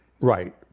Right